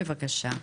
בבקשה.